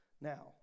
Now